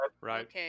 Right